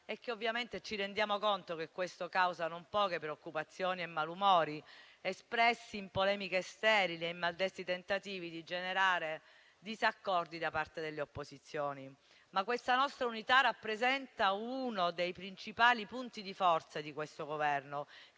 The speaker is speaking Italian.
maggioranza. Ci rendiamo conto che questo causa non poche preoccupazioni e malumori, espressi in polemiche sterili e maldestri tentativi di generare disaccordi da parte delle opposizioni. La nostra unità rappresenta però uno dei principali punti di forza di questo Governo,